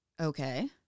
Okay